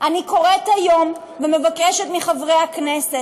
אני קוראת היום ומבקשת מחברי הכנסת,